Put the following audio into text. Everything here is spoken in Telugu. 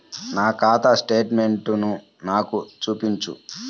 నా ఖాతా స్టేట్మెంట్ను నాకు చూపించు